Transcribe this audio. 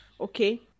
okay